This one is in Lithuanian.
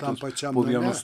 tam pačia name